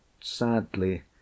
sadly